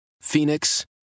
Phoenix